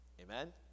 Amen